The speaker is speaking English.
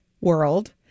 world